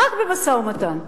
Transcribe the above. רק במשא-ומתן.